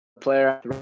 player